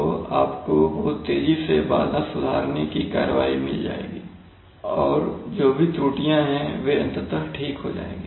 तो आपको बहुत तेज़ी से बाधा सुधारने की कार्रवाई मिल जाएगी और जो भी त्रुटियां हैं वे अंततः ठीक हो जाएंगी